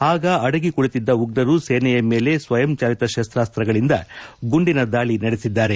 ಆಗ ಅಡಗಿ ಕುಳಿತಿದ್ದ ಉಗ್ರರು ಸೇನೆಯ ಮೇಲೆ ಸ್ವಯಂ ಚಾಲಿತ ಶಸ್ತಾಸ್ತಗಳಿಂದ ಗುಂಡಿನ ದಾಳಿ ನಡೆಸಿದ್ದಾರೆ